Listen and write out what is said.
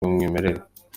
bw’umwimerere